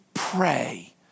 pray